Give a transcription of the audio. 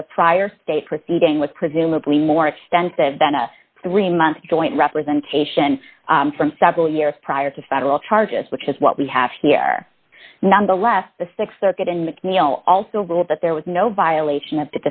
as a prior state proceeding was presumably more extensive then a three month joint representation from several years prior to federal charges which is what we have here nonetheless the th circuit in mcneil also ruled that there was no violation